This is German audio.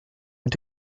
und